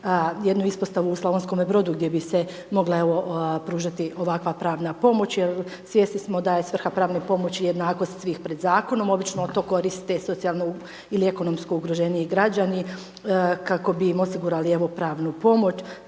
jednu ispostavu u Slavonskom Brodu gdje bi se mogla evo pružati ovakva pravna pomoć jer svjesni smo da je svrha pravne pomoći jednakost svih pred zakonom obično to koriste socijalno ili ekonomsko ugroženiji građani kako bi im osigurali evo pravnu pomoć.